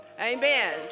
Amen